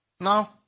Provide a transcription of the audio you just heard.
Now